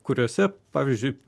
kuriose pavyzdžiui